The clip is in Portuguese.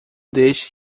deixe